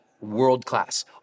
world-class